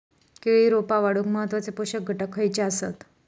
केळी रोपा वाढूक महत्वाचे पोषक घटक खयचे आसत?